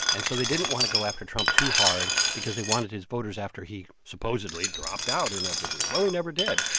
and so they didn't want to go after trump too hard because they wanted his voters after he, supposedly, dropped out inevitably. well, he never did,